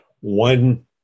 one